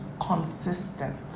consistent